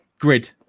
grid